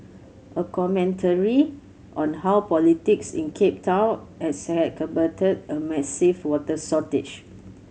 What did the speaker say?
a commentary on how politics in Cape Town a massive water shortage